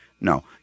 No